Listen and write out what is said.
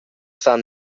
san